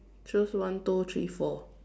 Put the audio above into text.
choose one two three four